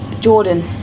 Jordan